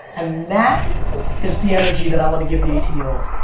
and that is the energy that i want to give the eighteen year old.